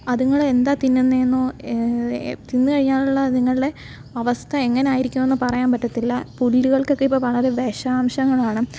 അതുങ്ങൾ എന്താണ് തിന്നുന്നതെന്നോ തിന്നു കഴിഞ്ഞാലുള്ള അതുങ്ങളുടെ അവസ്ഥ എങ്ങനെ ആയിരിക്കുമെന്നോ പറയാന് പറ്റത്തില്ല പുല്ലുകള്ക്കൊക്കെ ഇപ്പോൾ വളരെ വിഷാംശങ്ങൾ കാണും